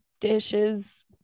dishes